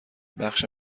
بخش